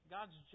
God's